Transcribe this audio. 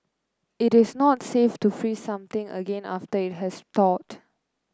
it is not safe to freeze something again after it has thawed